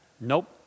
Nope